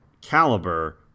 caliber